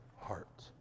heart